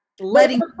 letting